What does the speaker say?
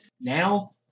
now